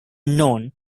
known